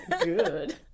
Good